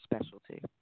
specialty